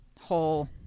whole